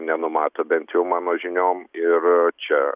nenumato bent jau mano žiniom ir čia